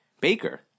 Baker